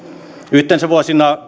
yhteensä vuosina